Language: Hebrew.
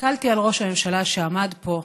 הסתכלתי על ראש הממשלה שעמד פה,